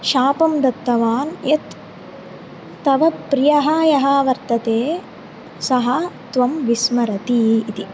शापं दत्तवान् यत् तव प्रियः यः वर्तते सः त्वं विस्मरति इति